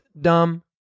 dumb